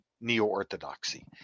Neo-Orthodoxy